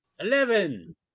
Eleven